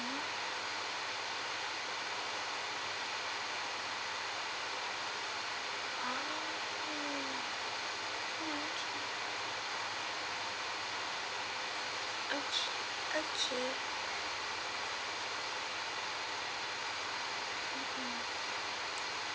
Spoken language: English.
ah okay okay